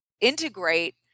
integrate